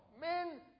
Men